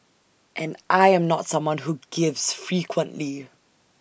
and I am not someone who gives frequently